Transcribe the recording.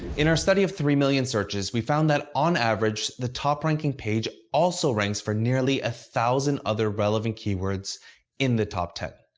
in our study of three million searches, we found that on average, the top ranking page also ranks for nearly one ah thousand other relevant keywords in the top ten.